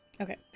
Okay